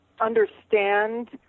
understand